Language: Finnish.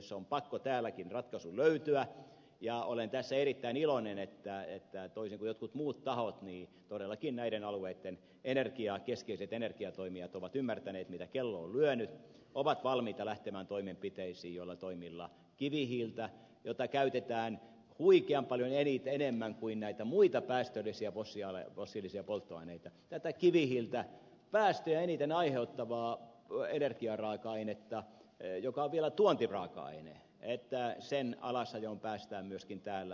se on pakko täälläkin ratkaisu löytyä ja olen tässä erittäin iloinen että toisin kuin jotkut muut tahot todellakin näitten alueitten keskeiset energiatoimijat ovat ymmärtäneet mitä kello on lyönyt ovat valmiita lähtemään toimenpiteisiin joilla toimilla kivihiilen jota käytetään huikean paljon enemmän kuin näitä muita päästöllisiä fossiilisia polttoaineita tätä kivihiiltä päästöjä eniten aiheuttavaa energiaraaka ainetta joka on vielä tuontiraaka aine alasajoon päästään myöskin täällä